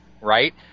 right